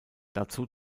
dazu